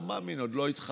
לא מאמין, עוד לא התחלתי.